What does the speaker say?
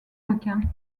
requins